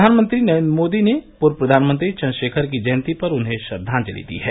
प्रधानमंत्री नरेन्द्र मोदी ने पूर्व प्रधानमंत्री चंद्रशेखर की जयंती पर उन्हें श्रद्वांजलि दी है